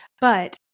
but-